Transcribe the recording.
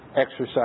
exercise